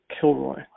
Kilroy